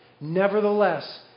Nevertheless